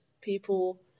people